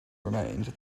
remained